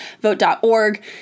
vote.org